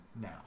now